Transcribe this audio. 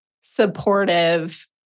supportive